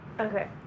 Okay